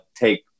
take